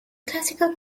classical